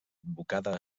advocada